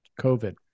COVID